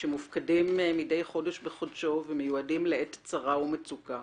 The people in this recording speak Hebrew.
שמופקדים מדי חודש בחודשו ומיועדים לעת צרה ומצוקה